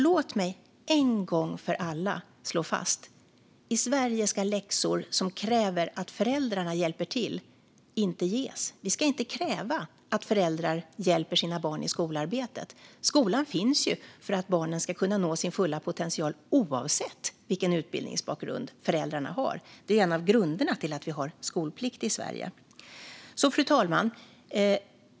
Låt mig en gång för alla slå fast detta: I Sverige ska läxor som kräver att föräldrarna hjälper till inte ges. Vi ska inte kräva att föräldrar hjälper sina barn med skolarbetet. Skolan finns för att barnen ska kunna nå sin fulla potential oavsett vilken utbildningsbakgrund föräldrarna har. Det är en av grunderna till att vi har skolplikt i Sverige. Fru talman!